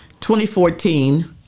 2014